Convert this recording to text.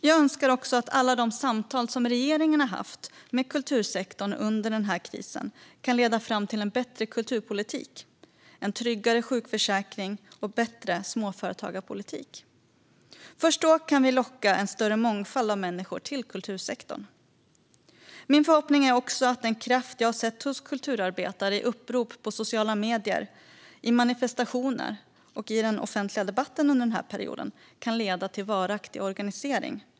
Jag önskar att alla de samtal som regeringen har haft med kultursektorn under den här krisen kan leda fram till en bättre kulturpolitik, en tryggare sjukförsäkring och bättre småföretagarpolitik. Först då kan vi locka en större mångfald av människor till kultursektorn. Min förhoppning är också att den kraft som jag har sett hos kulturarbetare i upprop i sociala medier, i manifestationer och i den offentliga debatten under den här perioden kan leda till varaktig organisering.